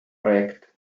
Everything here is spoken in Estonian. projekt